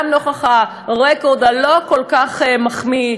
גם לנוכח הרקורד הלא-כל-כך מחמיא,